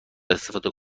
استفاده